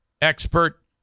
Expert